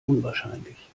unwahrscheinlich